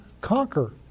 conquer